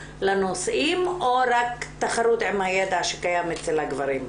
לנושאים או רק תחרות עם הידע שקיים אצלה הגברים?